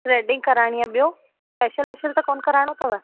threading कराइणी आहे ॿियो फेशियल वेशियल त कोन्ह कराइणो अथव न